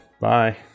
Bye